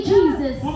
Jesus